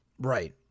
Right